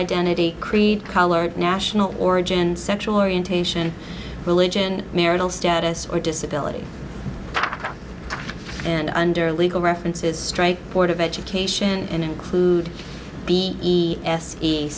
identity creed color national origin sexual orientation religion marital status or disability and under legal references strike board of education and include b